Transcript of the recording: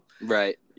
right